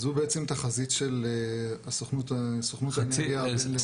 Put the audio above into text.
זו בעצם תחזית של סוכנות האנרגיה הבין-לאומית.